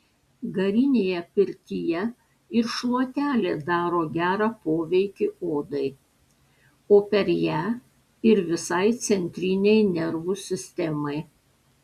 garinėje pirtyje ir šluotelė daro gerą poveikį odai o per ją ir visai centrinei nervų sistemai